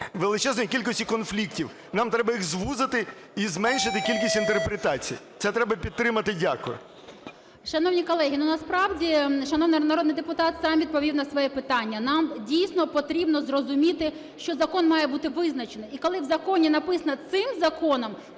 величезної кількості конфліктів. Нам треба їх звузити і зменшити кількість інтерпретацій. Це треба підтримати. Дякую. 16:31:55 ВЕНЕДІКТОВА І.В. Шановні колеги, ну, насправді, шановний народний депутат сам відповів на своє питання. Нам, дійсно, потрібно зрозуміти, що закон має бути визначений. І коли в законі написано "цим законом",